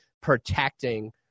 protecting